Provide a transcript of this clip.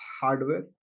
hardware